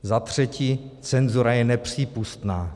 Za třetí, cenzura je nepřípustná.